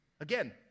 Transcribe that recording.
again